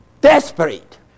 desperate